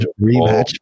rematch